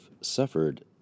suffered